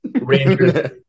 Rangers